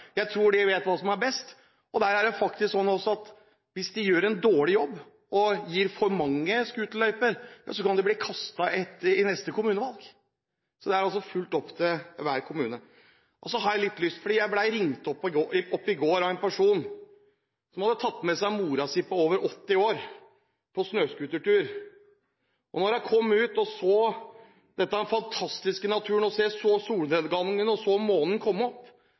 jeg tror de vet hva som er best. Det er faktisk sånn at hvis de gjør en dårlig jobb og gir for mange scooterløyver, så kan de bli kastet i neste kommunevalg. Det er altså helt opp til hver kommune. Jeg ble oppringt i går av en person som hadde tatt med seg moren sin på over 80 år på snøscootertur. Da hun kom ut og så den fantastiske naturen, da hun så solnedgangen og månen som kom opp,